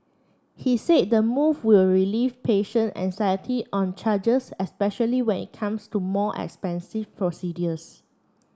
he said the move will relieve patient anxiety on charges especially when it comes to more expensive procedures